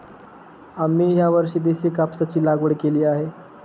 आम्ही यावर्षी देशी कापसाची लागवड केली आहे